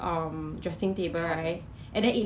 like 他不是 cheesecake but 上面 cheese 而已